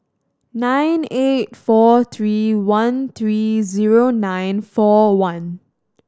nine eight four three one three zero nine four one